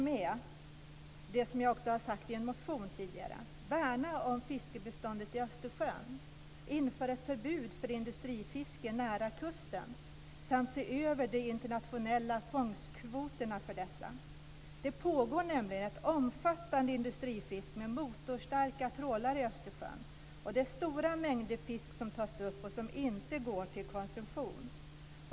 Som jag tidigare också har framhållit i en motion måste man värna om fiskebeståndet i Östersjön, införa ett förbud för industrifiske nära kusten och se över de internationella fångstkvoterna för sådant fiske. Det pågår ett omfattande industrifiske med motorstarka trålare i Östersjön. Det tas upp stora mängder fisk som inte går till konsumtion.